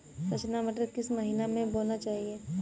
रचना मटर किस महीना में बोना चाहिए?